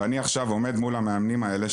ואני עכשיו עומד מול המאמנים האלה,